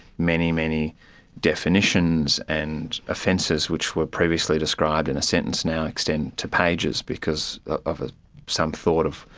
many, many definitions and offences which were previously described in a sentence now extend to pages because of ah some thought of,